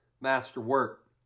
masterwork